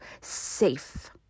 safe